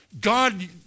God